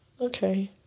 Okay